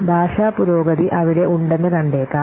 ഭാഷാ പുരോഗതി അവിടെ ഉണ്ടെന്ന് കണ്ടേക്കാം